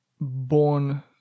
born